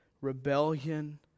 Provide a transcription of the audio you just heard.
rebellion